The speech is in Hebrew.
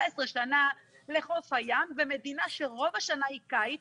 שנה לחוף הים במדינה שרוב השנה היא קיץ